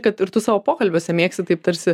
kad ir tu savo pokalbiuose mėgsti taip tarsi